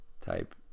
Type